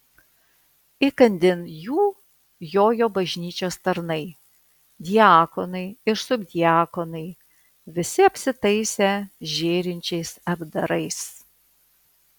įkandin jų jojo bažnyčios tarnai diakonai ir subdiakonai visi apsitaisę žėrinčiais apdarais